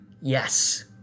Yes